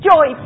Joy